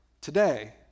today